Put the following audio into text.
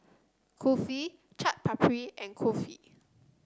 Kulfi Chaat Papri and Kulfi